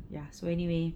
ya so anyway